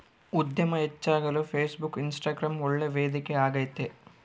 ಉದ್ಯಮ ಹೆಚ್ಚಾಗಲು Facebook, Instagram ಒಳ್ಳೆ ವೇದಿಕೆ ಆಗೈತೆ